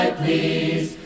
please